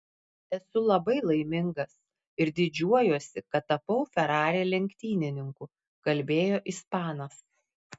esu labai laimingas ir didžiuojuosi kad tapau ferrari lenktynininku kalbėjo ispanas